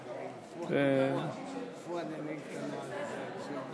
חברי הכנסת, חזרו למקומותיכם.